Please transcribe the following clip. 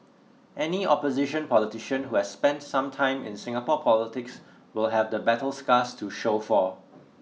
any opposition politician who has spent some time in Singapore politics will have the battle scars to show for